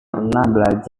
pernah